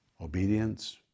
Obedience